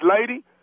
lady